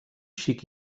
xic